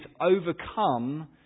overcome